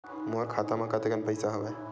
मोर खाता म कतेकन पईसा हवय?